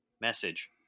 Message